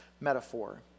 metaphor